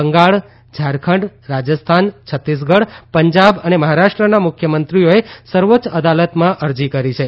બંગાળ ઝારખંડ રાજસ્થાન છતીસગઢ પંજાબ અને મહારાષ્ટ્રના મુખ્યમંત્રીઓએ સર્વોચ્ય અદાલતમાં અરજી કરી છે